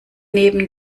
neben